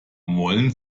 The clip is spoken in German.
wollen